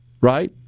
right